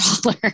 dollar